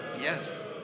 Yes